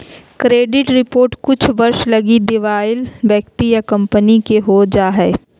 credit report कुछ वर्ष लगी दिवालिया व्यक्ति या कंपनी के हो जा हइ